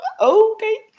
Okay